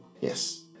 Yes